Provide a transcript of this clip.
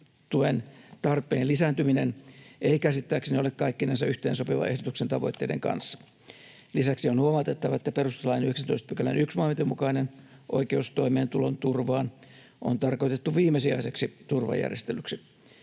tarpeen lisääntyminen ei käsittääkseni ole kaikkinensa yhteensopiva ehdotuksen tavoitteiden kanssa. Lisäksi on huomautettava, että perustuslain 19 §:n 1 momentin mukainen oikeus toimeentulon turvaan on tarkoitettu viimesijaiseksi turvajärjestelyksi.